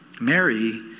Mary